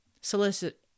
solicit